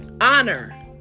honor